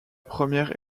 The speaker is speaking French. première